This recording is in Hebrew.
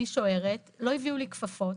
אני שוערת, לא הביאו לי כפפות.